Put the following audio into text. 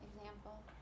Example